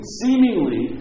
seemingly